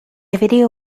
video